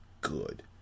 good